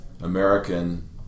American